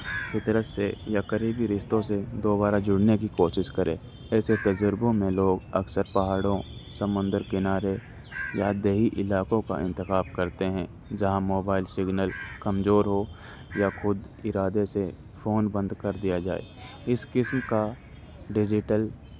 فطرت سے یا قریبی رشتوں سے دوبارہ جڑنے کی کوشش کرے ایسے تجربوں میں لوگ اکثر پہاڑوں سمندر کنارے یا دیہی علاقوں کا انتخاب کرتے ہیں جہاں موبائل سگنل کمزور ہو یا خود ارادے سے فون بند کر دیا جائے اس قسم کا ڈیجیٹل